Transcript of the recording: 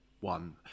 one